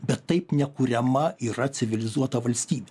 bet taip nekuriama yra civilizuota valstybė